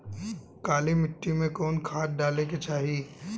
काली मिट्टी में कवन खाद डाले के चाही?